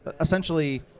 essentially